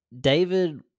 David